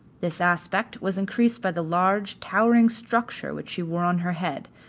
this aspect was increased by the large towering structure which she wore on her head,